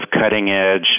cutting-edge